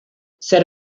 ser